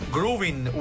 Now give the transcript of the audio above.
Grooving